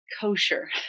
kosher